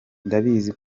ndabizi